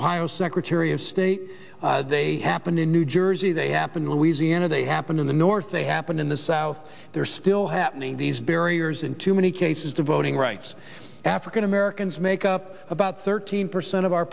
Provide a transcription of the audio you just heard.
ohio secretary of state they happened in new jersey they happened louisiana they happened in the north they happened in the south they're still happening these barriers in too many cases the voting rights african americans make up about thirteen percent of our